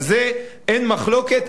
על זה אין מחלוקת.